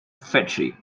factory